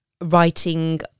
writing